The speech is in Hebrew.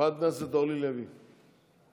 חברת הכנסת אורלי לוי, חמש